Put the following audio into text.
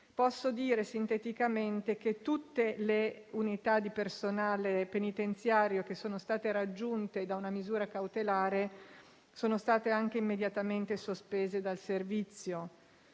Posso dire sinteticamente che tutte le unità di personale penitenziario che sono state raggiunte da una misura cautelare sono state anche immediatamente sospese dal servizio.